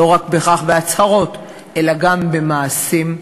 לא רק בהצהרות אלא גם במעשים.